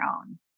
own